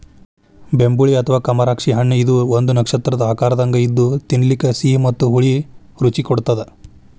ಬೆಂಬುಳಿ ಅಥವಾ ಕಮರಾಕ್ಷಿ ಹಣ್ಣಇದು ಒಂದು ನಕ್ಷತ್ರದ ಆಕಾರದಂಗ ಇದ್ದು ತಿನ್ನಲಿಕ ಸಿಹಿ ಮತ್ತ ಹುಳಿ ರುಚಿ ಕೊಡತ್ತದ